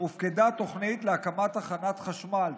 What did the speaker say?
הופקדה תוכנית להקמת תחנת חשמל,